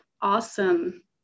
awesome